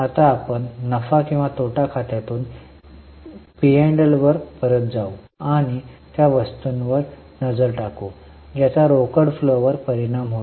आता आपण नफा किंवा तोटा खात्यामधून पी आणि एल वर परत जाऊ या आणि त्या वस्तूंवर नजर टाकू ज्याचा रोकड फ्लोावर परिणाम होईल